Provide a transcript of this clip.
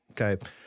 Okay